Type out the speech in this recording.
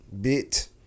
bit